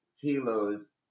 kilos